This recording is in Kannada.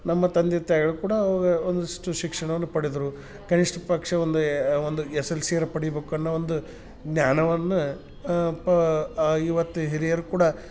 ನಮ್ಮ ತಂದೆ ತಾಯಿಗಳು ಕೂಡ ಅವಾಗ ಒಂದಿಷ್ಟು ಶಿಕ್ಷಣವನ್ನು ಪಡೆದ್ರು ಕನಿಷ್ಠ ಪಕ್ಷ ಒಂದು ಒಂದು ಎಸ್ ಎಲ್ ಸಿಆರೂ ಪಡಿಬೇಕು ಅನ್ನೋ ಒಂದು ಜ್ಞಾನವನ್ನು ಪ ಇವತ್ತು ಹಿರಿಯರು ಕೂಡ